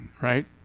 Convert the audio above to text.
Right